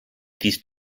these